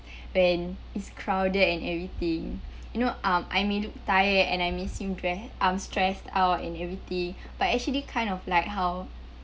when it's crowded and everything you know um I may look tired and I may seem dre~ I'm stressed out and everything but actually kind of like how